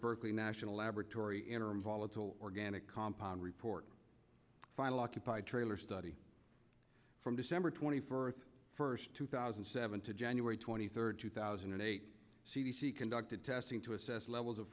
berkeley national laboratory interim volatile organic compounds report final occupied trailer study from december twenty fourth first two thousand and seven to january twenty third two thousand and eight c d c conducted testing to assess levels of